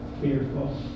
fearful